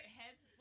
heads